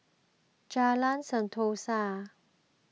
Jalan Sentosa